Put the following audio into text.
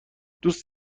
دوست